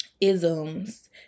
isms